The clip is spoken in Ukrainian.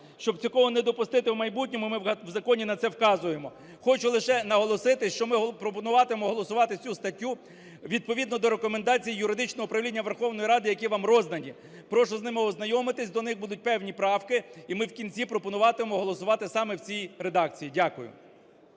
Щоб такого не допустити в майбутньому, ми в законі на це вказуємо. Хочу лише наголосити, що ми пропонуватимемо голосувати цю статтю відповідно до рекомендацій юридичного управління Верховної Ради, які вам роздані. Прошу з ними ознайомитись, до них будуть певні правки, і ми в кінці пропонуватимемо голосувати саме в цій редакції. Дякую.